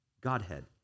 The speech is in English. Godhead